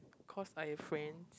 cause I friend